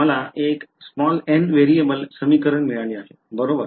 मला एक n variable समीकरण मिळाले आहे बरोबर